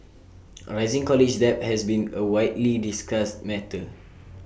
rising college debt has been A widely discussed matter